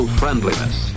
friendliness